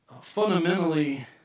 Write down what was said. fundamentally